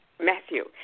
Matthew